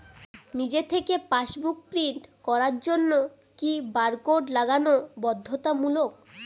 নিজে থেকে passbook print করার জন্য কি বারকোড লাগানো বাধ্যতামূলক?